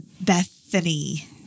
Bethany